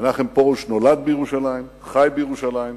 מנחם פרוש נולד בירושלים, חי בירושלים,